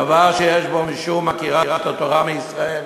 דבר שיש בו משום עקירת התורה מישראל